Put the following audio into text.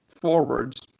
forwards